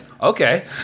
okay